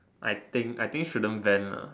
I think I think shouldn't ban lah